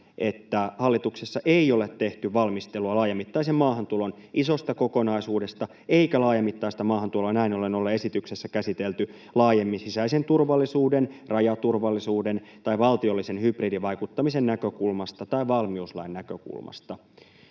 että hallituksessa ei ole tehty valmistelua laajamittaisen maahantulon isosta kokonaisuudesta, eikä laajamittaista maahantuloa näin ollen ole esityksessä käsitelty laajemmin sisäisen turvallisuuden, rajaturvallisuuden tai valtiollisen hybridivaikuttamisen näkökulmasta tai valmiuslain näkökulmasta.